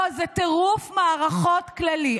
לא, זה טירוף מערכות כללי.